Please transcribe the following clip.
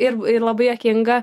ir labai juokinga